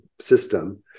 system